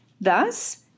Thus